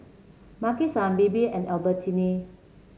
Maki San Bebe and Albertini